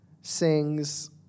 sings